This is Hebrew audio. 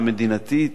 המדינתית,